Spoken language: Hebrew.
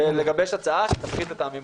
ולגבש הצעה שתפחית את המימון.